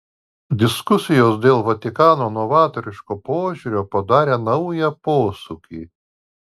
diskusijos dėl vatikano novatoriško požiūrio padarė naują posūkį